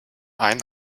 ein